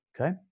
Okay